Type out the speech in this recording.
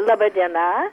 laba diena